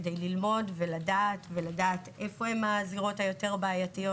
כדי ללמוד ולדעת מהן הזירות היותר בעייתיות.